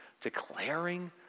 declaring